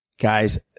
Guys